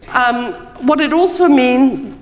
um what it also means,